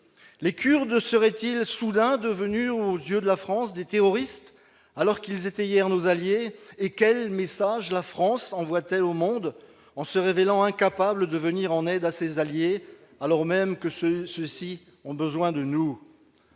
Les Kurdes seraient-ils soudain devenus aux yeux de la France des terroristes, alors qu'ils étaient hier nos alliés ? Et quel message la France envoie-t-elle au monde en se révélant incapable de venir en aide à ses alliés, alors même que ceux-ci ont besoin de nous ?